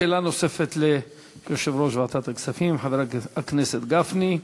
שאלה נוספת ליושב-ראש ועדת הכספים חבר הכנסת גפני.